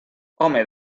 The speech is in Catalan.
home